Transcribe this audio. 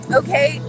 okay